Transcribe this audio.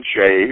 shave